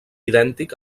idèntic